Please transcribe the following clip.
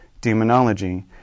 demonology